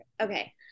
okay